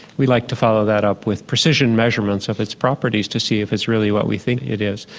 we'd like to follow that up with precision measurements of its properties to see if it's really what we think it is.